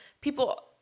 people